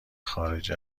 خارج